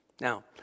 now